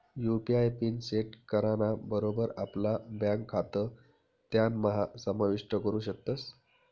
UPI PIN set कराना बरोबर आपला ब्यांक खातं त्यानाम्हा समाविष्ट करू शकतस